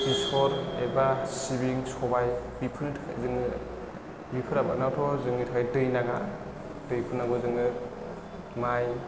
बेसर एबा सिबिं सबाइ बिफोरनि थाखाय जोङो बिफोर आबादआथ' जोंनि थाखाय दै नाङा दै नांगौ जोंनो माइ